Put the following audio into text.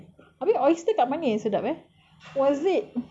habis oyster kat mana yang sedap eh was it